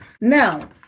Now